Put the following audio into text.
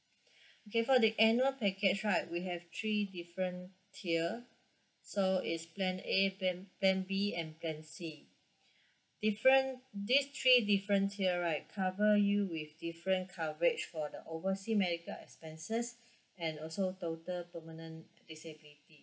okay for the annual package right we have three different tier so it's plan A plan plan B and plan C different these three difference here right cover you with different coverage for the oversea medical expenses and also total permanent disability